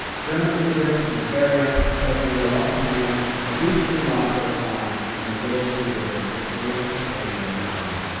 german immigrants from bavaria, the seventy year ostermeyers had recently lost their farm on the little sioux river for failing to pay their loan.